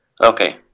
Okay